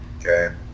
Okay